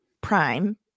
Prime